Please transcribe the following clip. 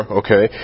okay